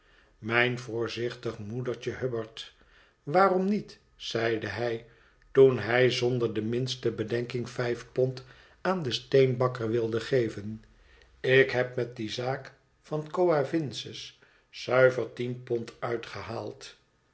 mijn voorzichtig moedertje hubbard waarom niet zeide hij toen hij zonder de minste bedenking vijf pond aan den steenbakker wilde geven ik heb met die zaak van coavinses zuiver tien pond uitgehaald